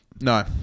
No